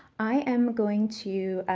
i am going to